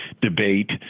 debate